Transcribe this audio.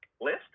list